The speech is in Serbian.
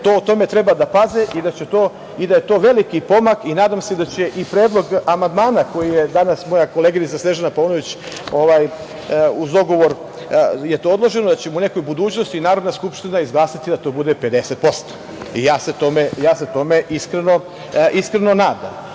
tome treba da paze i to je veliki pomak i nadam se da će i predlog amandmana koji je danas moja koleginica Snežana Paunović… uz dogovor je to odloženo, da će u nekoj budućnosti Narodna skupština izglasati da to bude 50% i ja se tome iskreno nadam. Ali,